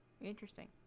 Interesting